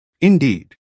Indeed